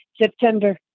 September